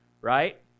right